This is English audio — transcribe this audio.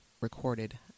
recorded